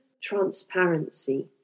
transparency